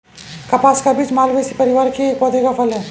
कपास का बीज मालवेसी परिवार के एक पौधे का फल है